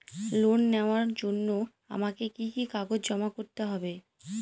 Loan নেওয়ার জন্য আমাকে কি কি কাগজ জমা করতে হবে?